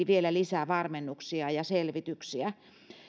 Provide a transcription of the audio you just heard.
vielä lisää varmennuksia ja selvityksiä